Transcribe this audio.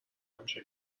همیشه